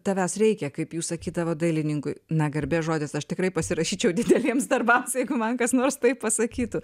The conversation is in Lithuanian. tavęs reikia kaip jūs sakydavo dailininkui na garbės žodis aš tikrai pasirašyčiau dideliems darbams jeigu man kas nors taip pasakytų